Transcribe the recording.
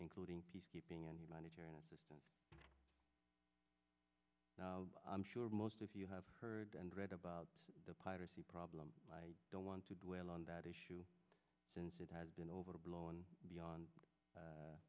including peacekeeping and humanitarian assistance now i'm sure most of you have heard and read about the piracy problem i don't want to dwell on that issue since it has been overblown beyond